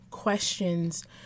questions